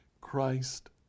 Christ